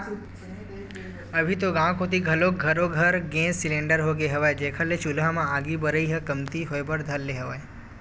अभी तो गाँव कोती घलोक घरो घर गेंस सिलेंडर होगे हवय, जेखर ले चूल्हा म आगी बरई ह कमती होय बर धर ले हवय